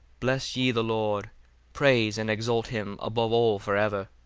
bless ye the lord praise and exalt him above all for ever.